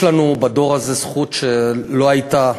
יש לנו בדור הזה זכות שלא הייתה